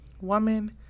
woman